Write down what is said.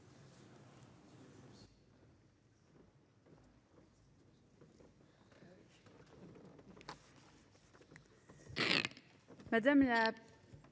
Madame la